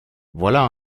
voilà